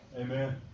Amen